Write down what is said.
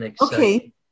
Okay